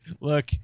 look